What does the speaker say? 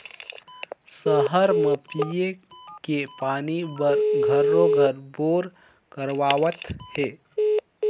सहर म पिये के पानी बर घरों घर बोर करवावत हें